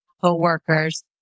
co-workers